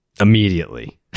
immediately